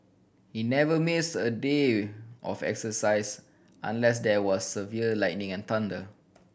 he never missed a day of exercise unless there was severe lightning and thunder